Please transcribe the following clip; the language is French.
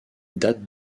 date